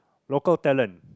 local talent